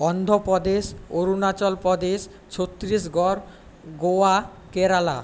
Andhra Pradesh Arunachal Pradesh Chhattisgarh Goa Kerala